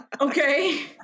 Okay